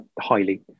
highly